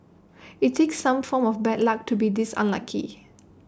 IT takes some form of bad luck to be this unlucky